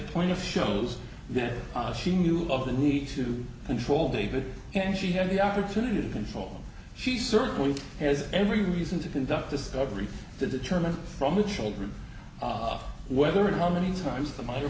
give point of shows that she knew of the need to control david and she had the opportunity to control she certainly has every reason to conduct discovery to determine from the children whether or not many times the m